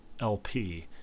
LP